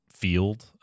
field